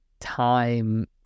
time